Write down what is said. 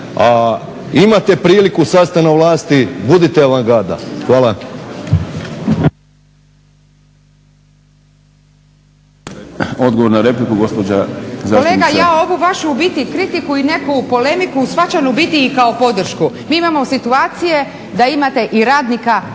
imate priliku, sad ste na vlasti, budite avangarda. Hvala.